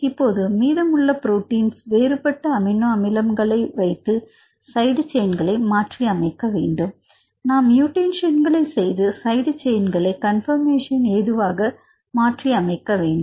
இப்பொழுது மீதமுள்ள புரோட்டின்ல் வேறுபட்ட அமினோ அமிலம் களை வைத்து சைடு செயின்களை மாற்றி அமைக்க வேண்டும் நாம் மியூட்டேஷன் செய்து சைடு செயின்களை கன்பர்மேஷன் ஏதுவாக மாற்றி அமைக்க வேண்டும்